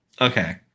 Okay